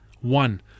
one